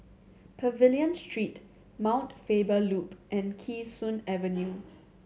Pavilion Street Mount Faber Loop and Kee Sun Avenue